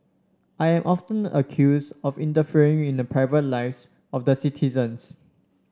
I am often accuse of interfering in the private lives of citizens